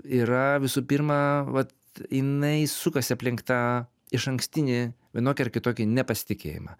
yra visų pirma vat jinai sukasi aplink tą išankstinį vienokį ar kitokį nepasitikėjimą